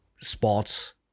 sports